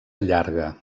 llarga